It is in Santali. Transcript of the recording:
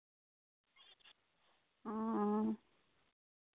ᱚ